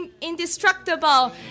indestructible